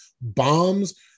bombs